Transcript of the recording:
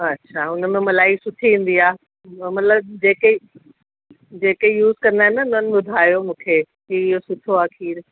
अच्छा उनमें मलाई सुठी ईंदी आहे मतिलब जेके जेके यूज कंदा आहिनि न हुननि ॿुधायो मूंखे की इहो सुठो आहे खीर